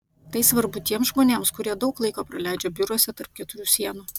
tai svarbu tiems žmonėms kurie daug laiko praleidžia biuruose tarp keturių sienų